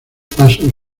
pasos